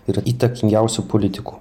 ir įtakingiausių politikų